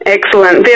Excellent